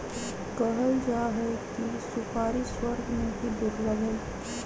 कहल जाहई कि सुपारी स्वर्ग में भी दुर्लभ हई